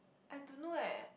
I don't know eh